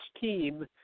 team